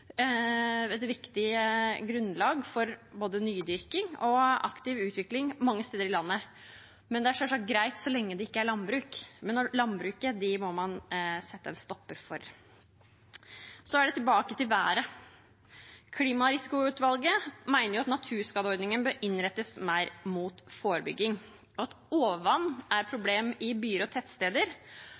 grunnlag for både nydyrking og aktiv utvikling mange steder i landet. Det er selvsagt greit så lenge det ikke er landbruk, men landbruket må man sette en stopper for. Så er det tilbake til været. Klimarisikoutvalget mener at naturskadeordningen bør innrettes mer mot forebygging. Overvann er et problem i byer og tettsteder,